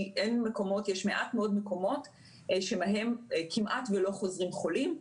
כי יש מעט מאוד מקומות שמהם כמעט ולא חוזרים חולים.